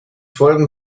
folgen